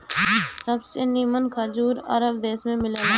सबसे निमन खजूर अरब देश में मिलेला